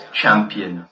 champion